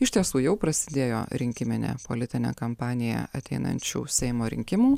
iš tiesų jau prasidėjo rinkiminė politinė kampanija ateinančių seimo rinkimų